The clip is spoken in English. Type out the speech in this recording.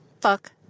Fuck